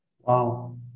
Wow